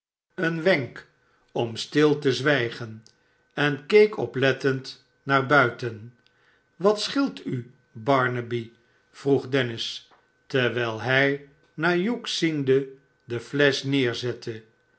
een wenk om stil te zwijgen en keek oplettend naar buiten swat scheelt u barnaby vroeg dennis terwijl hij naar hugh ziende de flesch neerzette